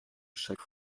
chaque